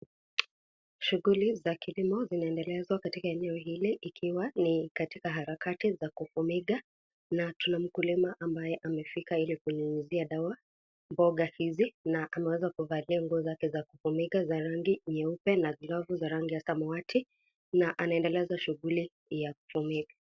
Shughuli za kilimo zinaendelezwa katika eneo hili likiwa ni katika harakati za kufumika na tuna mkulima ambaye amefika ili, kunyunyizia dawa mboga hizi na ameweza kuvalia nguo zake za kufumika za rangi na kunazo za rangi ya samawati na anaendeleza shughuli ya kufumika.